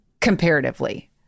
comparatively